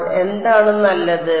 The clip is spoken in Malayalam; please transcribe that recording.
അപ്പോൾ എന്താണ് നല്ലത്